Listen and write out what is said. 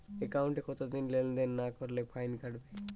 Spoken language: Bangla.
একাউন্টে কতদিন লেনদেন না করলে ফাইন কাটবে?